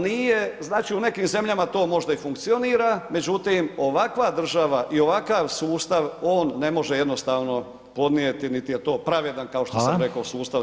Nije, znači u nekim zemljama to možda i funkcionira, međutim, ovakva država i ovakav sustav, on ne može jednostavno podnijeti niti je to pravedno [[Upadica Reiner: Hvala.]] kao što sam rekao u sustavu